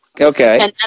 Okay